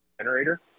generator